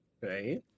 Right